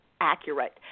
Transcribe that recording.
accurate